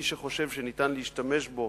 מי שחושב שניתן להשתמש בו